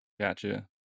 gotcha